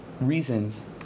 reasons